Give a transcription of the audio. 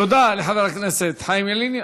תודה לחבר הכנסת חיים ילין.